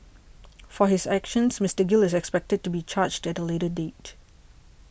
for his actions Mister Gill is expected to be charged at a later date